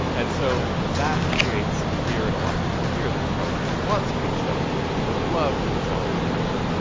and so that creates a fear in a lot of people here that trump wants to be a strongman and would love to consolidate power.